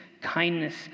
kindness